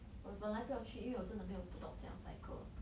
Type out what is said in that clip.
我本来不要去因为我真的没有不懂怎样 cycle